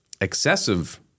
excessive